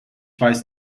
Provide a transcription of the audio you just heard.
weiß